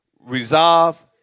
Resolve